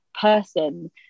person